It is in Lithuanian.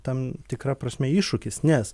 tam tikra prasme iššūkis nes